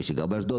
מי שגר באשדוד,